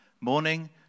morning